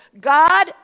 god